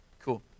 Cool